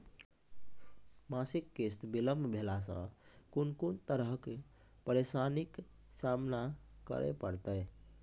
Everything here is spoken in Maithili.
मासिक किस्त बिलम्ब भेलासॅ कून कून तरहक परेशानीक सामना करे परतै?